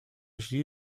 źli